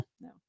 No